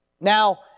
Now